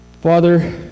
Father